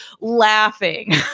laughing